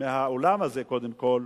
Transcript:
מהאולם הזה קודם כול,